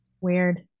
Weird